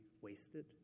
wasted